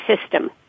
system